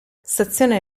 stazione